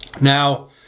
Now